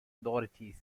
authorities